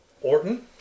Orton